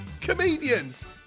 comedians